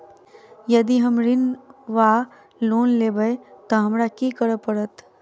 यदि हम ऋण वा लोन लेबै तऽ हमरा की करऽ पड़त?